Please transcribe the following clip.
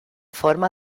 forma